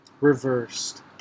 reversed